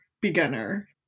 beginner